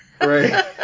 Right